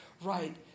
right